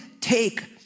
take